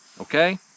okay